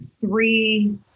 three